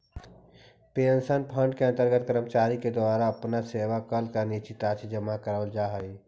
pension fund के अंतर्गत कर्मचारि के द्वारा अपन सेवाकाल में निश्चित राशि जमा करावाल जा हई